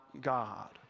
God